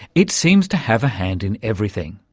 it seems to have a hand in everything.